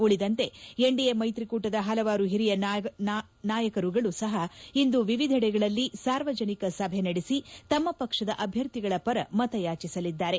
ಉಳಿದಂತೆ ಎನ್ಡಿಎ ಮೈತ್ರಿಕೂಟದ ಹಲವಾರು ಹಿರಿಯ ನಾಯಕರುಗಳು ಸಹ ಇಂದು ವಿವಿಧೆಡೆಗಳಲ್ಲಿ ಸಾರ್ವಜನಿಕ ಸಭೆ ನಡೆಸಿ ತಮ್ನ ಪಕ್ಷದ ಅಭ್ಯರ್ಥಿಗಳ ಪರ ಮತಯಾಚಿಸಲಿದ್ದಾರೆ